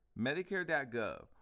medicare.gov